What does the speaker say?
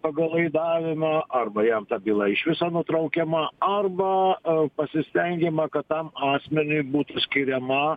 pagal laidavimą arba jam ta byla iš viso nutraukiama arba pasistengiama kad tam asmeniui būtų skiriama